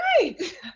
right